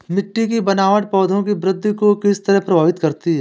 मिटटी की बनावट पौधों की वृद्धि को किस तरह प्रभावित करती है?